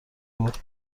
بود